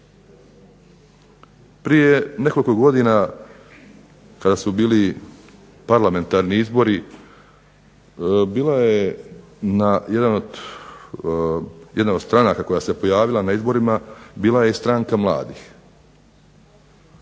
Prije nekoliko godina kada su bili parlamentarni izbori bila je, jedna od stranaka koja se pojavila na izborima bila je i stranka mladih.